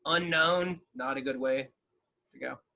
unknown, not a good way to go.